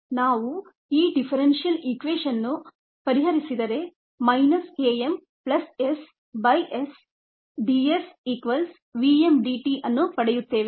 ನಾವು ಈ differential equation ಅನ್ನು ಪರಿಹರಿಸಿದರೆ minus Km plus s by s d s equals Vm dt ಅನ್ನು ಪಡೆಯುತ್ತೇವೆ